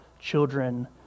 children